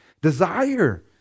Desire